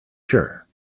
sure